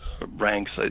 ranks